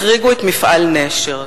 החריגו את מפעל "נשר"